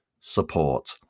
support